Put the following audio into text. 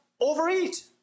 overeat